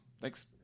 Thanks